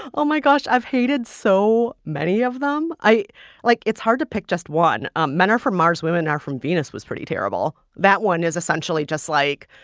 um my gosh, i've hated so many of them. i like, it's hard to pick just one. ah men are from mars, women are from venus was pretty terrible. that one is essentially just like,